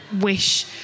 wish